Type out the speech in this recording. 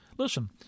Listen